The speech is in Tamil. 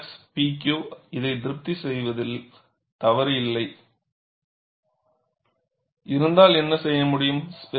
P max P Q இதை திருப்தி செய்வதில் தவறு இருந்தால் என்ன செய்ய முடியும்